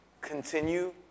continue